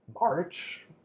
March